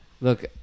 Look